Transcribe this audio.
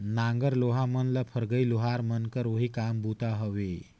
नांगर लोहा मन ल फरगई लोहार मन कर ओही काम बूता हवे